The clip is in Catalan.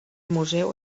museu